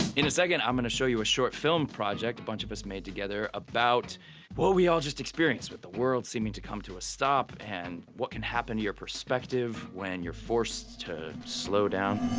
in a second i'm gonna show you a short film project a bunch of us made together about what we all just experienced with the world seeming to come to a stop. and what can happen to your perspective when you're forced to slow down.